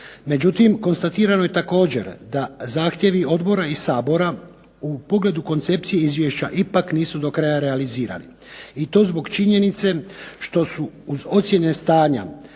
Međutim, konstatirano je također da zahtjevi odbora i Sabora u pogledu koncepcije izvješća ipak nisu do kraja realizirani. I to zbog činjenice što su uz ocjene stanja